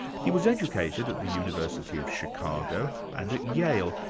he was educated at the university of chicago and at yale,